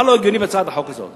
מה לא הגיוני בהצעת החוק הזאת?